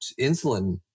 insulin